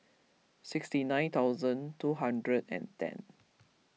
sixty nine thousand two hundred and ten